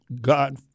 God